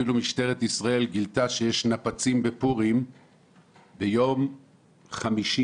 אפילו משטרת ישראל גילתה שיש נפצים בפורים ביום חמישי,